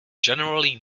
generally